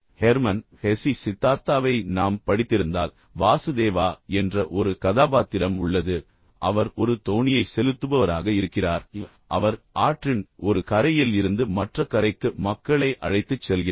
Herman Hesse சித்தார்த்தாவை நாம் படித்திருந்தால் வாசுதேவா என்ற ஒரு கதாபாத்திரம் உள்ளது அவர் ஒரு தோணியை செலுத்துபவராக இருக்கிறார் அவர் ஆற்றின் ஒரு கரையில் இருந்து மற்ற கரைக்கு மக்களை அழைத்துச் செல்கிறார்